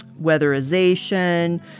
weatherization